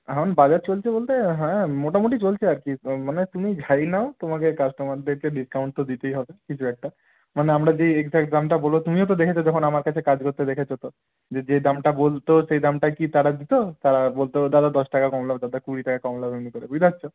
এখন বাজার চলছে বলতে হ্যাঁ মোটামুটি চলছে আর কি মানে তুমি যাই নাও তোমাকে কাস্টমারদেরকে ডিসকাউন্ট তো দিতেই হবে কিছু একটা মানে আমরা যে এক্স্যাক্ট দামটা বলব তুমিও তো দেখেছ যখন আমার কাছে কাজ করতে দেখেছ তো যে দামটা বলতো সেই দামটা কি তারা দিত তারা বলতো দাদা দশ টাকা কম নাও দাদা কুড়ি টাকা কম নাও এমনি করে বুঝতে পারছ